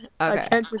Okay